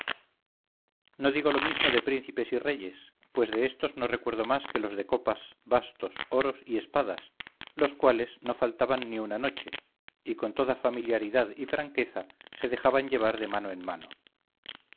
no digo lo mismo de príncipes y reyes pues de estos no recuerdo más que los de copas bastos oros y espadas los cuales no faltaban ni una noche y con toda familiaridad y franqueza se dejaban llevar de mano en mano